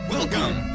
Welcome